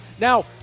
Now